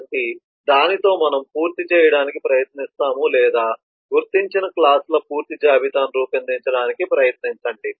కాబట్టి దానితో మనము పూర్తి చేయడానికి ప్రయత్నిస్తాము లేదా గుర్తించిన క్లాస్ ల పూర్తి జాబితాను రూపొందించడానికి ప్రయత్నించండి